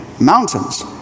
mountains